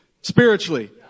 spiritually